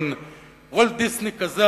מין וולט דיסני כזה,